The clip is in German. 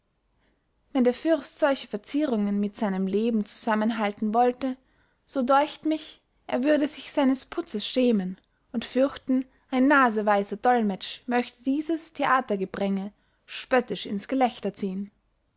wenn der fürst solche verzierungen mit seinem leben zusammenhalten wollte so deucht mich er würde sich seines putzes schämen und fürchten ein naseweiser dollmetsch möchte dieses theatergepränge spöttisch ins gelächter ziehen